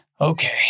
Okay